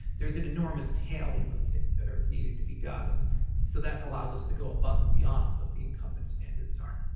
there's an enormous tale of things that are needed to be done. and so that allows us to go above and beyond what the incoming standards are.